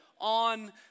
on